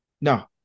no